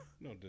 No